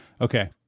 Okay